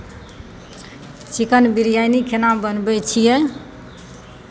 chicken biryani केना बनबै छियै